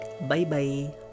Bye-bye